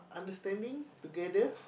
understanding together